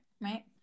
right